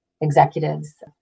executives